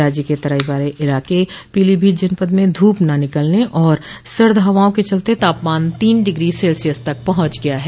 राज्य के तराई वाले इलाके पीलीभीत जनपद में धूप न निकलने और सर्द हवाओं के चलते तापमान तीन डिग्री सेल्सियस तक पहुंच गया है